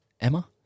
Emma